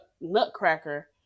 Nutcracker